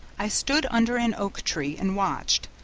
i stood under an oak tree and watched,